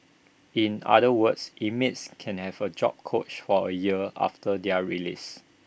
in other words inmates can have A job coach for A year after their release